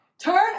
turn